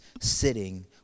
sitting